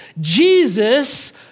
Jesus